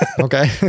Okay